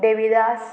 Devidas